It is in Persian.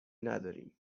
نداریم